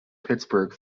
pittsburgh